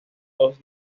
dos